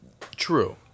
True